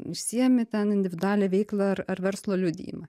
išsiemi ten individualią veiklą ar ar verslo liudijimą